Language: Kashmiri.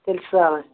تیٚلہِ چھُ سہلٕے